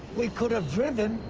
we could have driven.